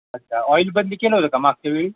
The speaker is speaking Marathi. अच्छा ऑईल बदली केलं होतं का मागच्या वेळी